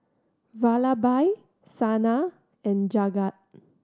Vallabhbhai Saina and Jagat